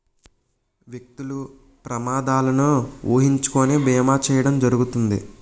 వ్యక్తులు ప్రమాదాలను ఊహించుకొని బీమా చేయడం జరుగుతుంది